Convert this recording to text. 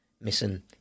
missing